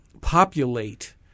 populate